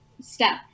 step